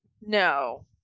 No